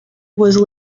was